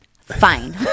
fine